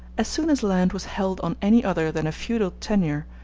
as soon as land was held on any other than a feudal tenure,